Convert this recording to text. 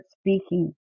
speaking